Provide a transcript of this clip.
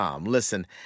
Listen